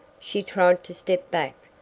she tried to step back,